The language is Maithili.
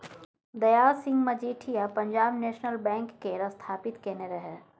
दयाल सिंह मजीठिया पंजाब नेशनल बैंक केर स्थापित केने रहय